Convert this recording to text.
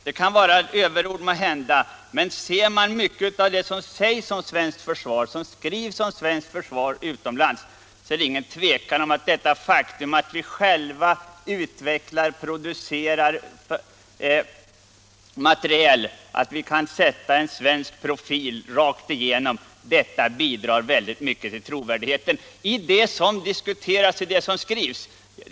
Det kan måhända vara överord, men studerar man det som sägs och skrivs om svenskt försvar utomlands råder det inget tvivel om att det faktum att vi själva utvecklar och producerar materiel och kan åstadkomma en svensk profil rakt igenom bidrar till respekten för svenskt försvar.